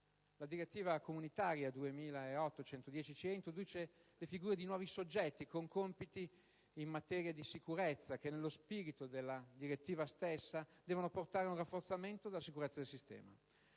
la direttiva comunitaria 2008/110/CE introduce le figure di nuovi soggetti con compiti in materia di sicurezza che, nello spirito della direttiva stessa, devono portare ad un rafforzamento della sicurezza del sistema;